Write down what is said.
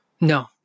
No